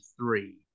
three